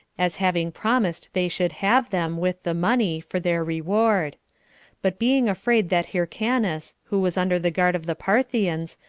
as having promised they should have them, with the money, for their reward but being afraid that hyrcanus, who was under the guard of the parthians,